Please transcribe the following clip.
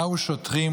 באו שוטרים